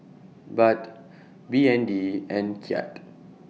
Baht B N D and Kyat